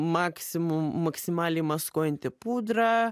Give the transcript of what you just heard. maksimum maksimaliai maskuojanti pudra